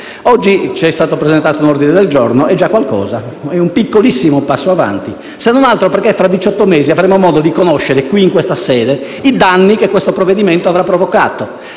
Oggi c'è stato presentato un ordine del giorno: è già qualcosa, è un piccolissimo passo in avanti, se non altro perché tra diciotto mesi avremo modo di conoscere in questa sede i danni che il provvedimento avrà provocato.